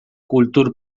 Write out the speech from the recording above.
kultur